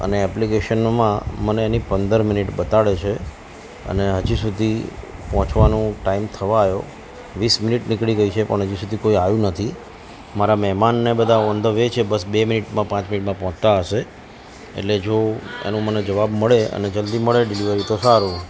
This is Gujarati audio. અને એપ્લિકેશનમાં મને એની પંદર મિનિટ બતાડે છે અને હજી સુધી પહોંચવાનો ટાઈમ થવા આવ્યો વિસ મિનિટ નીકળી ગઈ છે પણ હજુ સુધી કોઈ આવ્યું નથી મારા મહેમાન ને બધા ઓન ધ વે છે બસ બે મિનિટમાં પાંચ મિનિટમાં પહોંચતા હશે એટલે જો આનો મને જવાબ મળે અને જલ્દી મળે ડિલિવરી તો સારું